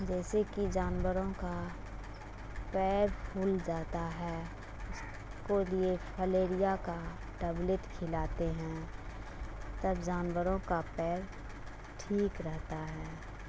جیسے کہ جانوروں کا پیر پھول جاتا ہے اس کو لیے فلیریا کا ٹیبلیٹ کھلاتے ہیں تب جانوروں کا پیر ٹھیک رہتا ہے